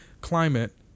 climate